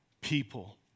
people